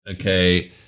Okay